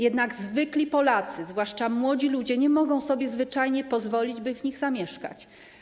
Jednak zwykli Polacy, zwłaszcza młodzi ludzie, nie mogą sobie zwyczajnie pozwolić, by w nich zamieszkać.